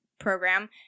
program